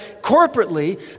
corporately